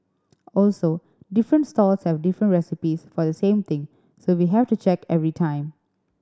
also different stalls have different recipes for the same thing so we have to check every time